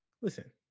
Listen